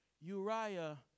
Uriah